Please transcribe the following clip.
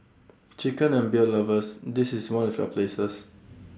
chicken and beer lovers this is one of your places